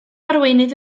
arweinydd